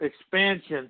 expansion